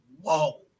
whoa